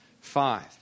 five